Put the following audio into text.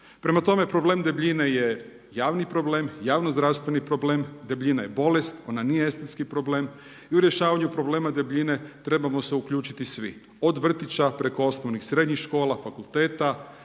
Prema tome, problem debljine je javni problem, javno-zdravstveni problem, debljina je bolest, ona nije estetski problem i u rješavanju problema debljine trebamo se uključiti svi od vrtića preko osnovnih i srednjih škola, fakulteta,